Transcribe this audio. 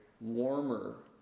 warmer